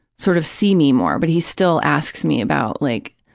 sort of see me more, but he still asks me about like,